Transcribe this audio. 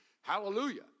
hallelujah